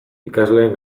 ikasleen